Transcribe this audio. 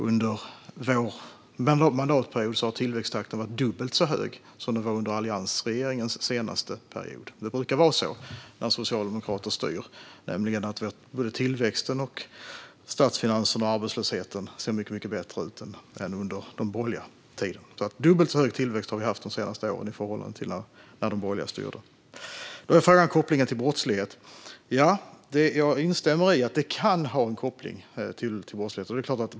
Under vår mandatperiod har tillväxttakten varit dubbelt så hög som den var under alliansregeringens senaste period. Det brukar vara så när socialdemokrater styr. Både tillväxten, statsfinanserna och arbetslösheten ser mycket bättre ut än under den borgerliga tiden. Vi har haft dubbelt så hög tillväxt de senaste åren i förhållande till när de borgerliga styrde. Frågan gäller kopplingen till brottslighet. Jag instämmer i att det kan finnas en koppling till brottslighet.